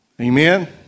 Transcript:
amen